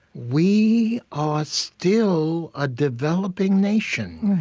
we are still a developing nation.